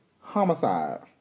homicide